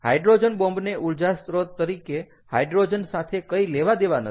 hydrogen બોમ્બને ઊર્જા સ્ત્રોત તરીકે હાઈડ્રોજન સાથે કંઈ લેવાદેવા નથી